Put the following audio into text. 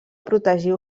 protegir